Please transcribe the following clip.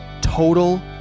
total